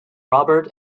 robert